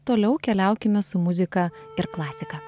toliau keliaukime su muzika ir klasika